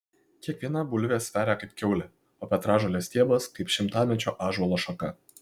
kiekviena bulvė sveria kaip kiaulė o petražolės stiebas kaip šimtamečio ąžuolo šaka